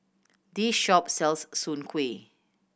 this shop sells soon kway